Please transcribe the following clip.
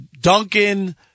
Duncan